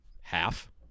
half